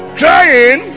crying